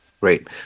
Great